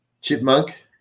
Chipmunk